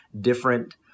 different